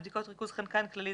בדיקות ריכוז חנקן כללי,